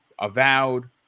avowed